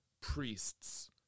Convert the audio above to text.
priests